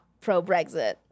pro-Brexit